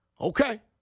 Okay